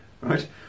right